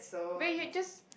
wait you just